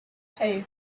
hey